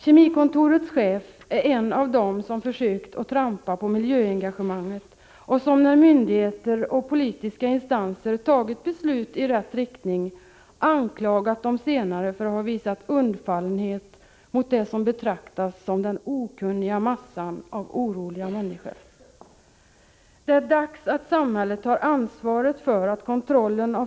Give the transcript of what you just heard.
Kemikontorets chef är en av dem som försökt trampa på miljöengagemanget och som när myndigheter och politiska instanser fattat beslut i rätt riktning anklagat de senare för att ha visat undfallenhet mot det som betraktas som den okunniga massan av oroliga människor. Det är dags att samhället tar ansvaret för att kontrollen av företagen samt — Prot.